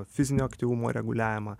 fizinio aktyvumo reguliavimą